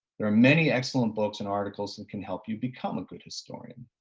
there are many excellent books and articles and can help you become a good historian.